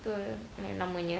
tu lama punya